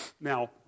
Now